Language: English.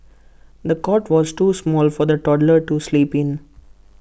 the cot was too small for the toddler to sleep in